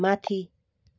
माथि